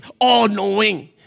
all-knowing